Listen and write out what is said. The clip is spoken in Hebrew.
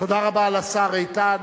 תודה רבה לשר איתן.